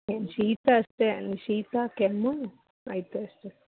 ಏನು ಶೀತ ಅಷ್ಟೆ ಅಂದರೆ ಶೀತ ಕೆಮ್ಮು ಆಯಿತು ಅಷ್ಟೆ